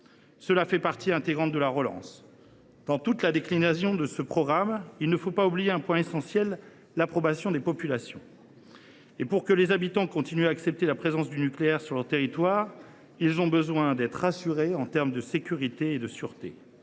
qui font partie intégrante de la relance. La déclinaison de ce programme ne doit pas nous faire oublier un point essentiel, à savoir l’approbation des populations. Pour que les habitants continuent à accepter la présence du nucléaire sur leur territoire, ils ont besoin d’être rassurés en termes de sécurité et de sûreté.